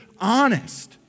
honest